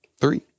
Three